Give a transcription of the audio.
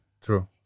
True